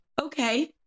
okay